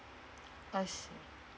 I see